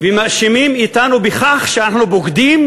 ומאשימים אותנו בכך שאנחנו בוגדים,